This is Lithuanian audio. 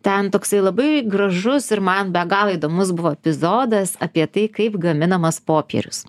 ten toksai labai gražus ir man be galo įdomus buvo epizodas apie tai kaip gaminamas popierius